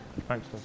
Thanks